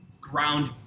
ground